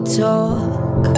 talk